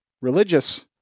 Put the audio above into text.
religious